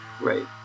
right